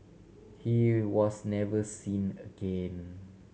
he was never seen again